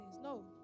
No